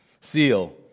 seal